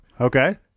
Okay